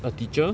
a teacher